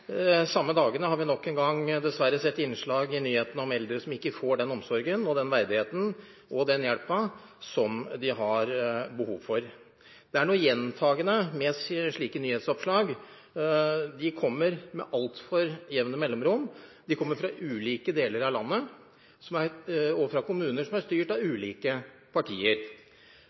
samme dagene har vi nok en gang – dessverre – sett innslag i nyhetene om eldre som ikke får den omsorgen, den verdigheten og den hjelpen som de har behov for. Det er noe gjentagende med slike nyhetsoppslag. De kommer med altfor jevne mellomrom, de kommer fra ulike deler av landet og fra kommuner som er styrt av ulike partier,